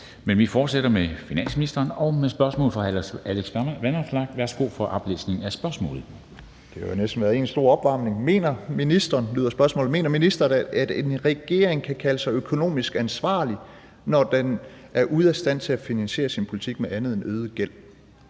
Men vi fortsætter med finansministeren og med spørgsmål fra hr. Alex Vanopslagh. Kl. 13:07 Spm. nr. S 864 2) Til finansministeren af: Alex Vanopslagh (LA): Mener ministeren, at en regering kan kalde sig økonomisk ansvarlig, når den er ude af stand til at finansiere sin politik med andet end øget gæld?